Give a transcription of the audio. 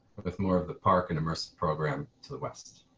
with more of the park and immersive program to the west.